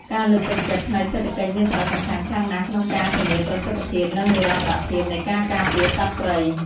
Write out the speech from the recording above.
ការលើកទឹកចិត្តផ្នែកសេដ្ឋកិច្ចមានសារៈសំខាន់ខ្លាំងណាស់ក្នុងការធានាប្រសិទ្ធភាព និងនិរន្តរភាពនៃការការពារសត្វព្រៃ។